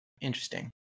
Interesting